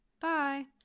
bye